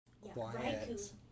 quiet